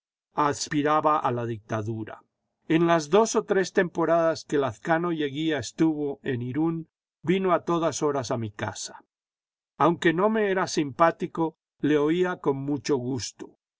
aspiraba a la dictadura en las dos o tres temporadas que las cano y allí estuvo en iiiri vino a todas horas a mi casa aunque üo me era simpático le oía con mucho gusto